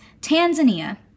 Tanzania